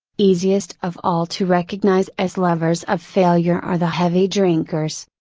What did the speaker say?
easiest of all to recognize as lovers of failure are the heavy drinkers.